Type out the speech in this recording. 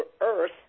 Earth